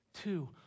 Two